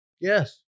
Yes